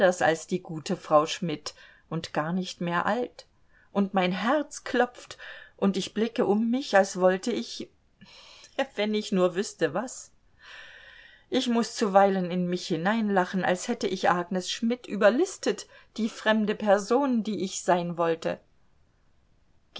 als die gute frau schmidt und gar nicht mehr alt und mein herz klopft und ich blicke um mich als wollte ich wenn ich nur wüßte was ich muß zuweilen in mich hineinlachen als hätte ich agnes schmidt überlistet die fremde person die ich sein wollte